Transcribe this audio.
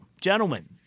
gentlemen